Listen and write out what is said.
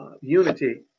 unity